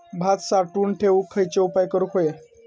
भात साठवून ठेवूक खयचे उपाय करूक व्हये?